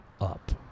up